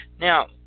Now